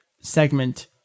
segment